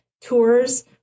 tours